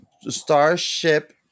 Starship